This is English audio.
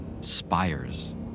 spires